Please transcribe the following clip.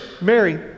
Mary